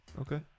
Okay